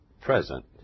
present